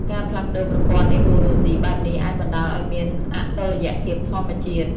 ការផ្លាស់ប្តូរប្រព័ន្ធអេកូឡូស៊ីបែបនេះ អាចបណ្តាលឲ្យមានអតុល្យភាពធម្មជាតិ។